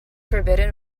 forbidden